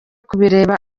kubireba